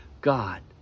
God